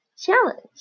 challenge